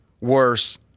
worse